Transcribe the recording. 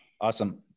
Awesome